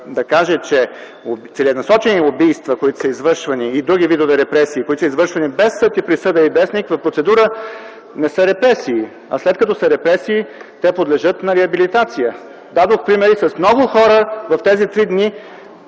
да каже, че целенасочени убийства, които са извършвани, и други видове репресии, извършвани без съд и присъда и без никаква процедура, не са репресии. А след като са репресии, те подлежат на реабилитация. Дадох примери с много хора – в тези три дни